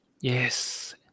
Yes